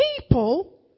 people